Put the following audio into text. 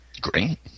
Great